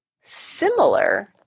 Similar